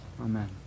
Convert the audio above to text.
amen